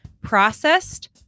processed